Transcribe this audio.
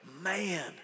man